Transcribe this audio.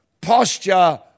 posture